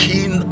King